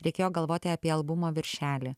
reikėjo galvoti apie albumo viršelį